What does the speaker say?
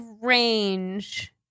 range